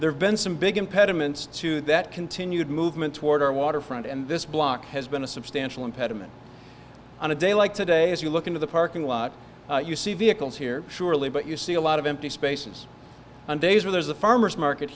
there have been some big impediments to that continued movement toward our waterfront and this block has been a substantial impediment on a day like today as you look into the parking lot you see vehicles here surely but you see a lot of empty spaces on days where there's a farmer's market